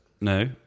No